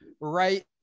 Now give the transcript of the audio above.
right